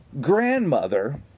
grandmother